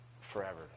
forever